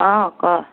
অঁ ক'